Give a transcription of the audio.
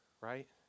right